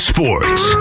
Sports